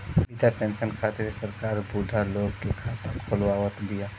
वृद्धा पेंसन खातिर सरकार बुढ़उ लोग के खाता खोलवावत बिया